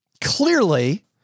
Clearly